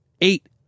eight